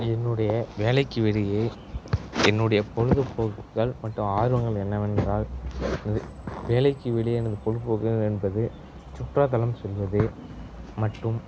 என்னுடைய வேலைக்கு வெளியே என்னுடய பொழுதுபோக்குகள் மட்டும் ஆர்வங்கள் என்னவென்றால் இது வேலைக்கு வெளியே இந்த பொழுபோதுக்குகள் என்பது சுற்றுலாத்தலம் செல்வது மட்டும்